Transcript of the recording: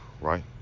right